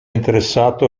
interessato